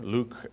Luke